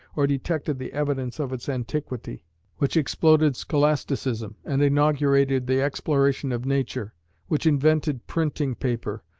or detected the evidence of its antiquity which exploded scholasticism, and inaugurated the exploration of nature which invented printing, paper,